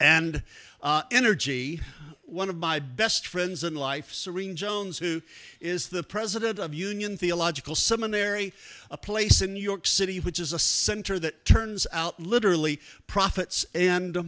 and energy one of my best friends in life serene jones who is the president of union theological seminary a place in new york city which is a center that turns out literally prophets and